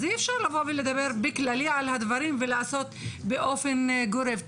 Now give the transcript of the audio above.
אז אי אפשר לדבר בכללי על הדברים ולעשות באופן גורף.